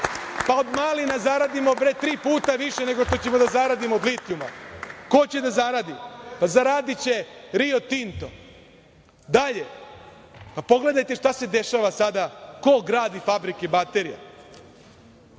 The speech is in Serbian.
pa od malina zaradimo tri puta više nego što ćemo da zaradimo od litijuma. Ko će da zaradi? Zaradiće Rio Tinto. Dalje, pogledajte šta se dešava danas, ko gradi fabrike baterija? Danas